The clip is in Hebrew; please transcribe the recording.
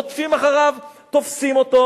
רודפים אחריו, תופסים אותו.